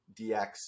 dx